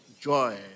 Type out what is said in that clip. joy